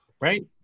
right